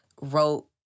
wrote